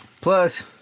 Plus